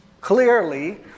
Clearly